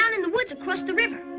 um in the woods across the river.